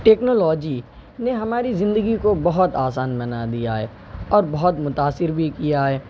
technology نے ہماری زندگی کو بہت آسان بنا دیا ہے اور بہت متاثر بھی کیا ہے